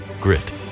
grit